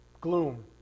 gloom